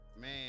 man